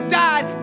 died